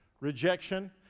rejection